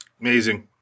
Amazing